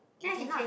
you cannot